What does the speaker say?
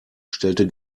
stellte